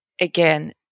again